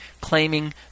claiming